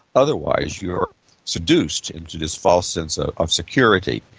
otherwise you're seduced into this false sense ah of security.